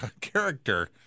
character